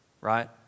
Right